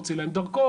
להוציא להם דרכון,